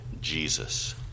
Jesus